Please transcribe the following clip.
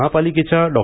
महापालिकेच्या डॉ